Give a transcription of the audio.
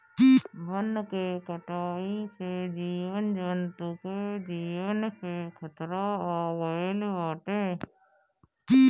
वन के कटाई से जीव जंतु के जीवन पे खतरा आगईल बाटे